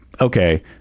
okay